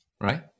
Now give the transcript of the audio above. right